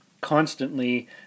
constantly